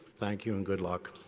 thank you and good luck.